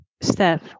steph